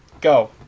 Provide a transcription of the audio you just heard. Go